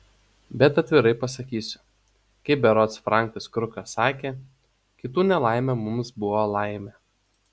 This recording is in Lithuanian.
bet atvirai pasakysiu kaip berods frankas krukas sakė kitų nelaimė mums buvo laimė